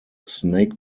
snake